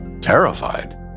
terrified